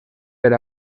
per